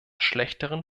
schlechteren